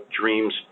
dreams